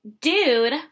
Dude